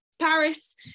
Paris